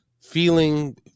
feeling